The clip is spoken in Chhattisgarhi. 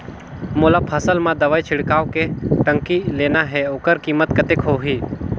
मोला फसल मां दवाई छिड़काव के टंकी लेना हे ओकर कीमत कतेक होही?